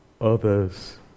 others